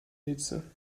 hitze